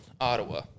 Ottawa